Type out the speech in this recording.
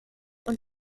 und